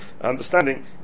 understanding